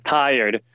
tired